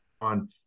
on